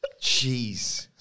Jeez